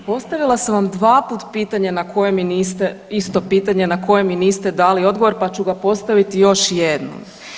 Postavila sam vam dvaput pitanje na koje mi niste, isto pitanje, na koje mi niste dali odgovor pa ću ga postaviti još jednom.